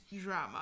drama